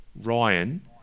Ryan